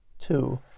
Two